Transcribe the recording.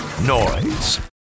Noise